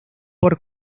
por